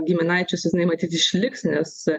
giminaičius jinai matyt išliks nes